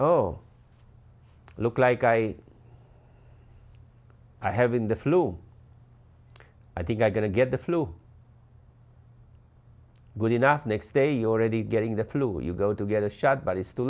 oh look like i i haven't the flu i think i'm going to get the flu good enough next day already getting the flu you go to get a shot but it's too